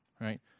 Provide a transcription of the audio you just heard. right